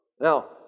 Now